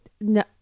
No